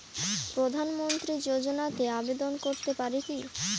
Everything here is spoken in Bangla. প্রধানমন্ত্রী যোজনাতে আবেদন করতে পারি কি?